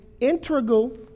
integral